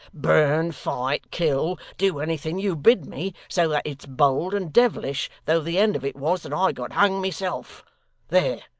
burn, fight, kill do anything you bid me, so that it's bold and devilish though the end of it was, that i got hung myself there,